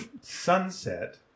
Sunset